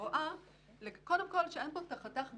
רואה שאין כאן את חתך הגילאים.